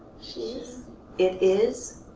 she's, it is.